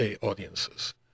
audiences